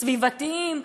סביבתיים,